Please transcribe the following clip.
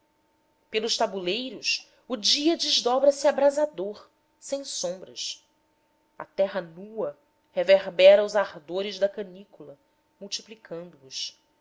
pelos tabuleiros o dia desdobra se abrasador sem sombras a terra nua reverbera os ardores da canícula multiplicando os